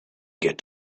get